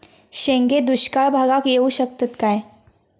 शेंगे दुष्काळ भागाक येऊ शकतत काय?